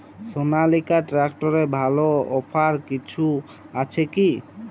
সনালিকা ট্রাক্টরে ভালো অফার কিছু আছে কি?